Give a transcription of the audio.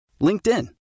LinkedIn